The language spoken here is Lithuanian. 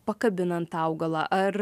pakabinant augalą ar